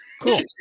Cool